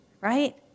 Right